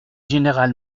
général